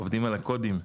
עובדים על הקודים?